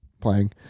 playing